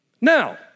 Now